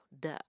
Duh